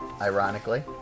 ironically